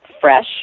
fresh